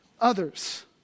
others